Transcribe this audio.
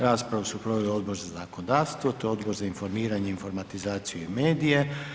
Raspravu su proveli Odbor za zakonodavstvo te Odbor za informiranje, informatizaciju i medije.